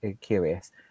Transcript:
curious